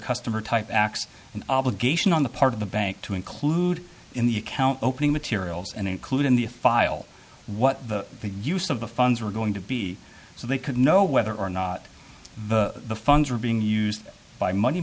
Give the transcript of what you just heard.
customer type acts an obligation on the part of the bank to include in the account opening materials and include in the a file what the use of the funds were going to be so they could know whether or not the funds were being used by money